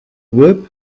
whip